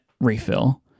refill